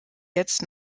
jetzt